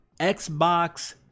Xbox